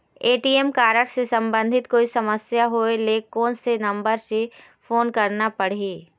ATM card से संबंधित कोई समस्या होय ले, कोन से नंबर से फोन करना पढ़ही?